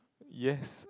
yes